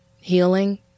healing